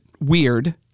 weird